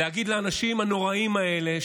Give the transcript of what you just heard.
להגיד לאנשים הנוראיים האלה,